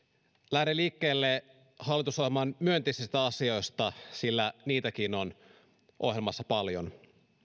lähden liikkeelle hallitusohjelman myönteisistä asioista sillä niitäkin on ohjelmassa paljon